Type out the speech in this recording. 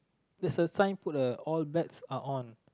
three's a sign put a all bets are on